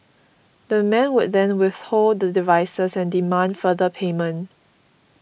the men would then withhold the devices and demand further payment